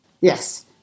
Yes